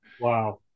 Wow